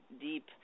deep